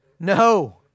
No